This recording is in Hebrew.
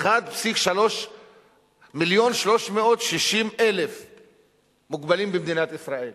1.36 מיליון מוגבלים במדינת ישראל,